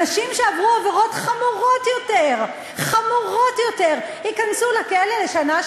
אנשים שעברו עבירות חמורות יותר ייכנסו לכלא לשנה,